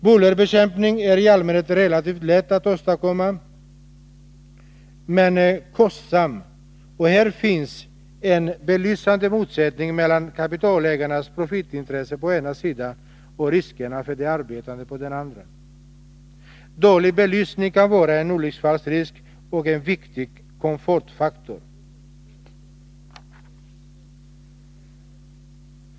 Bullerbekämpning är i allmänhet relativt lätt att åstadkomma men kostsam, och här finns en belysande motsättning mellan kapitalägarnas profitintressen å ena sidan och riskerna för de arbetande å den andra. Dålig belysning kan vara en olycksfallsrisk och är en viktig komfortfaktor.